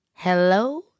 Hello